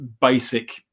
basic